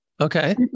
Okay